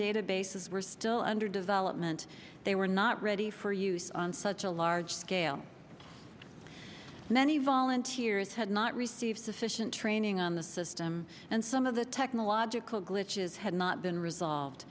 databases were still under development they were not ready for use on such a large scale many volunteers had not received sufficient training on the system and some of the technological glitches had not been resolved